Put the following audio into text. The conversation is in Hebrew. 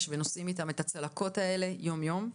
ונושאים איתם את הצלקות הללו יום-יום.